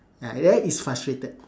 ya that is frustrated